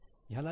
ह्यालाच इ